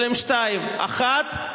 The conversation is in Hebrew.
אבל הן שתיים: אחת,